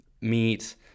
meat